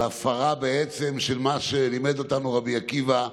על הפרה של מה שלימד אותנו רבי עקיבא,